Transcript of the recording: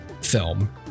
film